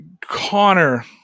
Connor